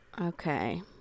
Okay